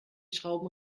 schrauben